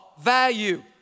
value